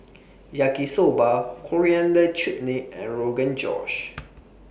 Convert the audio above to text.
Yaki Soba Coriander Chutney and Rogan Josh